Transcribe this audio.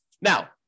Now